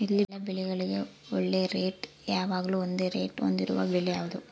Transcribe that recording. ಎಲ್ಲ ಬೆಳೆಗಳಿಗೆ ಒಳ್ಳೆ ರೇಟ್ ಯಾವಾಗ್ಲೂ ಒಂದೇ ರೇಟ್ ಹೊಂದಿರುವ ಬೆಳೆ ಯಾವುದು?